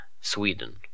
Sweden